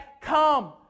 come